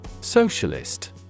Socialist